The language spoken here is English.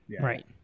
Right